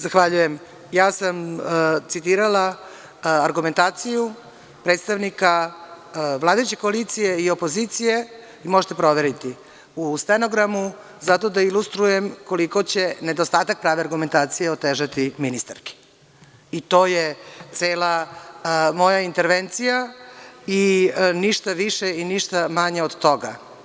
Ja sam citirala argumentaciju predstavnika vladajuće koalicije i opozicije i možete proveriti u stenogramu, zato da ilustrujem koliko će nedostatak argumentacije otežati ministarki i to je cela moja intervencija i ništa više i ništa manje od toga.